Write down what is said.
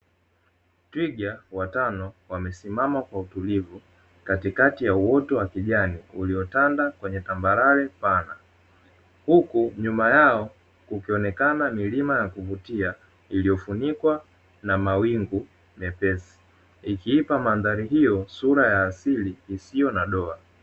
Twiga watano wamesimama kwa utulivu, katikati ya uoto wa kijani uliotanda kwenye tambarare pana. Huku nyuma yao kukionekana milima ya kuvutia, iliyofunikwa na mawingu mepesi, ikiipa mandhari hiyo sura ya asili isiyo na doa.